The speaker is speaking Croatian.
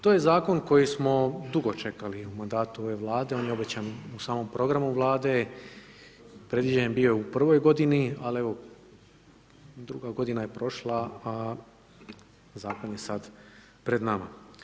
To je Zakon koji smo dugo čekali u mandatu ove Vlade, on je obećan u samom programu Vlade, predviđen je bio u prvoj godini, ali evo, druga godina je prošla, a Zakon je sad pred nama.